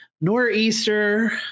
nor'easter